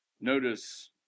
Notice